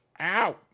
ow